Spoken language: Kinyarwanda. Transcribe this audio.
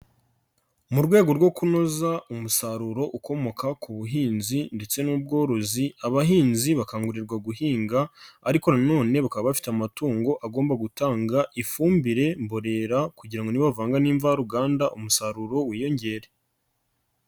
Mu rwego rwo kunoza umusaruro ukomoka ku buhinzi ndetse n'ubworozi abahinzi bakangurirwa guhinga ariko na none bakaba bafite amatungo agomba gutanga ifumbire mbonerera kugira ngo nibavanga n'imvaruganda umusaruro wiyongere.